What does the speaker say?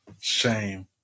Shame